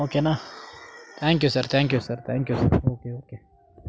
ಓಕೆನ thank you sir thank you sir thank you okay okay